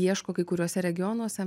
ieško kai kuriuose regionuose